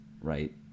right